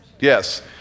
Yes